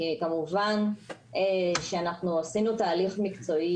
כי כמובן שאנחנו עשינו תהליך מקצועי